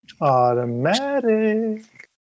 Automatic